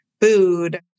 food